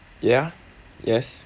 ya yes